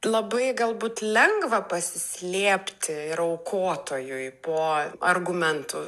labai galbūt lengva pasislėpti ir aukotojui po argumentu